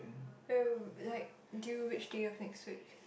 when like due which day of next week